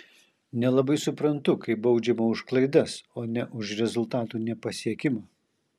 nelabai suprantu kai baudžiama už klaidas o ne už rezultatų nepasiekimą